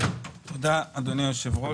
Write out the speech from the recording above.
תודה אדוני היושב-ראש.